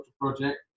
project